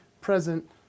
present